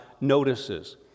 notices